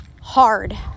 hard